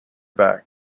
back